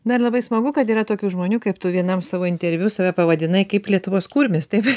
dar labai smagu kad yra tokių žmonių kaip tu vienam savo interviu save pavadinai kaip lietuvos kurmis taip